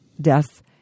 death